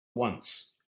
once